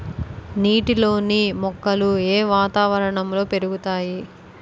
నీటిలోని మొక్కలు ఏ వాతావరణంలో పెరుగుతాయి?